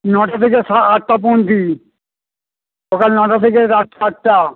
নটা থেকে স আটটা পঁয়ত্রিশ সকাল নটা থেকে রাত আটটা